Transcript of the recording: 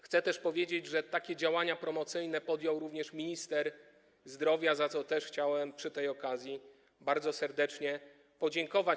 Chcę też powiedzieć, że takie działania promocyjne podjął również minister zdrowia, za co chciałbym przy tej okazji bardzo serdecznie podziękować.